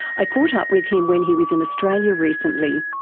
i caught up with him when he was in australia recently.